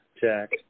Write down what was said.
Jack